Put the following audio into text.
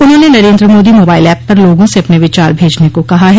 उन्होंने Narendra Modi mobile app पर लोगों से अपने विचार भेजने को कहा है